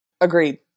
Agreed